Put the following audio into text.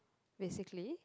basically